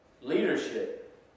Leadership